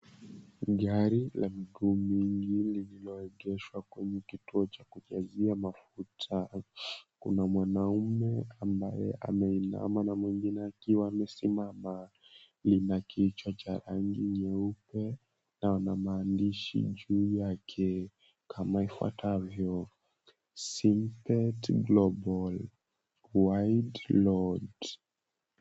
Gari la miguu mingi lilioegeshwa kwenye kituo cha kujazia mafuta. Kuna mwanaume ambaye ameinama, na mwengine akiwa amesimama. Lina kichwa cha rangi nyeupe na maandishi juu yake kama ifuatavyo,"simpet global wide load."